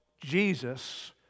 Jesus